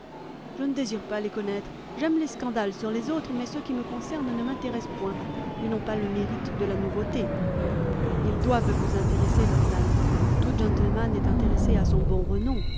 je ne désire pas les connaître j'aime les scandales sur les autres mais ceux qui me concernent ne m'intéressent point ils n'ont pas le mérite de la nouveauté ils doivent vous intéresser dorian tout gentleman est intéressé à son bon renom